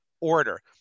order